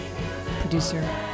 Producer